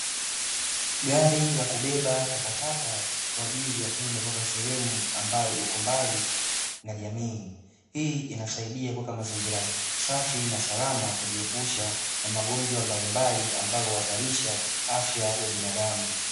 Gari ya kubeba takataka kwa ajili ya kwenda kuweka sehemu ambayo ipo mbali na jamii, hii inasaidia kuweka mazingira safi na salama kwa ajili ya kujiepusha na magonjwa mbalimbali ambayo yanahatarisha afya ya binadamu.